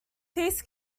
peace